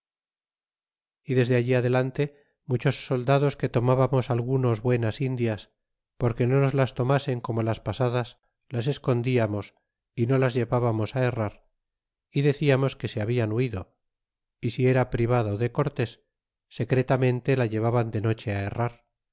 y desde allí adelante muchos soldados que tomábamos algunos buenas indias porque no nos las tomasen como las pasadas las escondiamos y no las llevábamos á herrar y deciamos que se hablan huido y si era privado de cortés secretamente la llevaban de noche á herrar